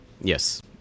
Yes